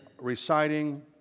reciting